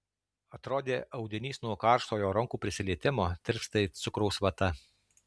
atrodė audinys nuo karšto jo rankų prisilietimo tirpsta it cukraus vata